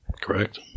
Correct